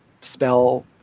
spell